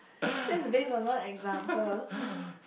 that is based on one example